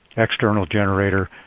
external generator,